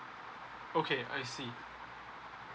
okay I see